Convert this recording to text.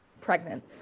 pregnant